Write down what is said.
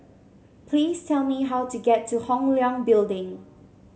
please tell me how to get to Hong Leong Building